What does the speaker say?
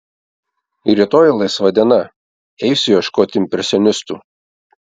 rytoj laisva diena eisiu ieškot impresionistų